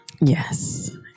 Yes